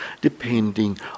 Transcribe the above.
depending